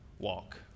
walk